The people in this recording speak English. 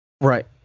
Right